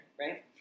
right